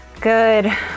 good